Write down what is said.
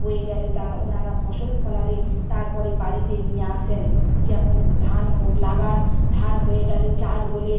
হয়ে গেলে তারা ওনারা ফসল ফলালে তারপরে বাড়িতে নিয়ে আসেন যেমন ধান লাগান ধান হয়ে গেলে চাল হলে